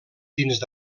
dins